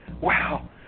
Wow